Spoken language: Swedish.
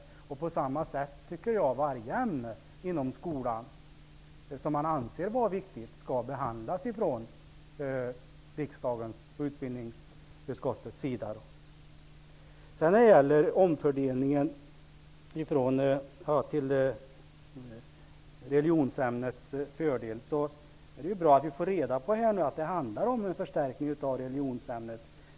Jag anser att riksdagen och utbildningsutskottet skall behandla varje ämne inom skolan som anses vara viktigt på samma sätt. Det är bra att vi nu får reda på att omfördelningen till religionsämnets fördel handlar om en förstärkning av det ämnet.